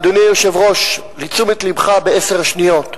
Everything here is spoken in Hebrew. אדוני היושב-ראש, לתשומת לבך, בעשר שניות: